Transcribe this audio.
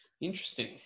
Interesting